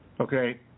Okay